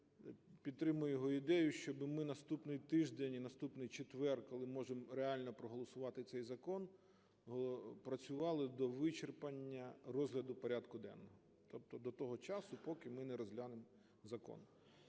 підтримую його ідею, щоб ми наступний тиждень і наступний четвер, коли можемо реально проголосувати цей закон, працювали до вичерпання розгляду порядку денного. Тобто до того часу, поки ми не розглянемо закон.